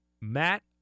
Matt